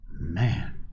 Man